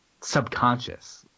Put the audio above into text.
subconscious